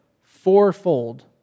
fourfold